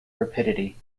rapidity